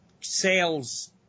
sales